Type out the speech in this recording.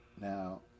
Now